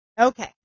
Okay